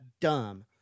dumb